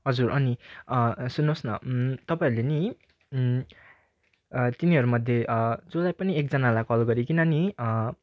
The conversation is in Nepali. हजुर अनि सुन्नुहोस् न तपाईँहरूले नि तिनीहरूमध्ये जसलाई पनि एकजनालाई कल गरिकन नि